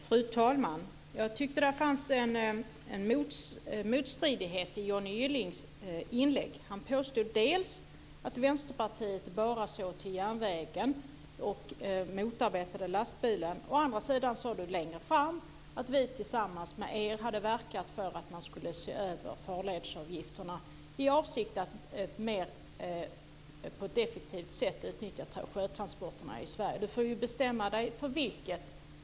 Fru talman! Jag tycker att det fanns en motsägelse i Johnny Gyllings inlägg. Han påstod å ena sidan att Vänsterpartiet bara ser till järnvägen och motarbetar lastbilen men sade å andra sidan längre fram att vi tillsammans med er har verkat för att man ska se över farledsavgifterna i avsikt att bättre utnyttja sjötransporterna i Sverige. Johnny Gylling får bestämma sig för ettdera.